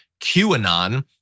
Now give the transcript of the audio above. QAnon